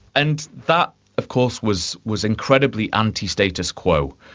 and that of course was was incredibly anti status quo,